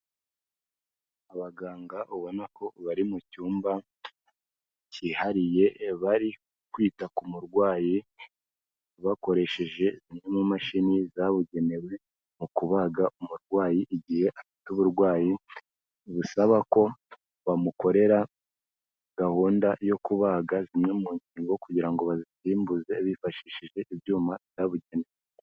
Abaganga ubona ko bari mu cyumba cyihariye, bari kwita ku murwayi, bakoresheje imwe mu mashini zabugenewe mu kubaga umurwayi igihe afite uburwayi busaba ko bamukorera gahunda yo kubaga zimwe mu ngingo kugira ngo bazisimbuze bifashishije ibyuma byabugenewe.